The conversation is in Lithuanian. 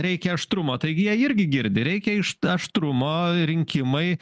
reikia aštrumo taigi jie irgi girdi reikia iš aštrumo rinkimai